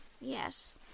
Yes